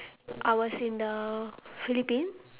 I was in the philippine